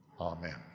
Amen